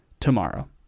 Tomorrow